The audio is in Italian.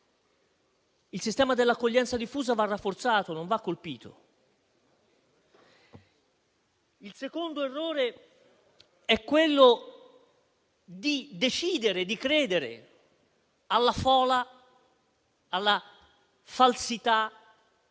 Il sistema dell'accoglienza diffusa va rafforzato, non colpito. Il secondo errore è quello di decidere di credere alla fola, alla falsità